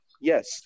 Yes